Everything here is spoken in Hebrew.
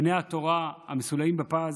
בני התורה המסולאים מפז